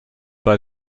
bei